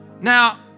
Now